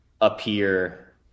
appear